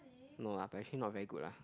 no lah apparently not very good lah